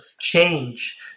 change